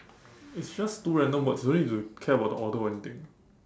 it's just two random words don't need to care about the order or anything